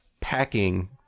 packing